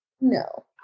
No